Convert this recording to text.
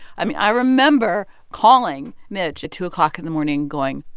i mean, i remember calling mitch at two o'clock in the morning going,